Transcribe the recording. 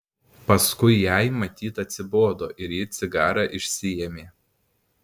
paskui jai matyt atsibodo ir ji cigarą išsiėmė